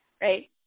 right